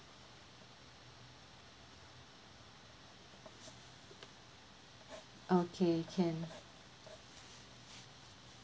okay can